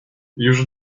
już